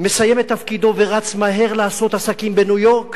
מסיים את תפקידו ורץ מהר לעשות עסקים בניו-יורק